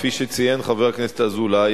כפי שציין חבר הכנסת אזולאי,